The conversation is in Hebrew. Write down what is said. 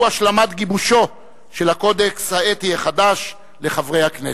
הוא השלמת גיבושו של הקודקס האתי החדש לחברי הכנסת.